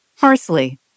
Parsley